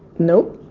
nope.